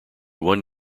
one